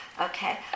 Okay